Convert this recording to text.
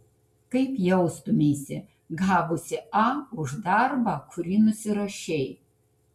kaip jaustumeisi gavusi a už darbą kurį nusirašei